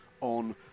on